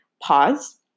pause